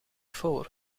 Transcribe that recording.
voor